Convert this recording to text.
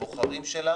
לבוחרים שלה